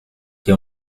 che